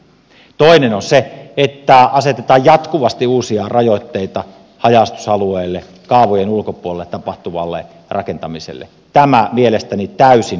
toinen on se että asetetaan jatkuvasti uusia rajoitteita haja asutusalueilla kaavojen ulkopuolella tapahtuvalle rakentamiselle tämä mielestäni täysin perusteettomasti